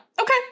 Okay